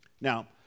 Now